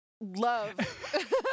love